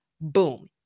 Boom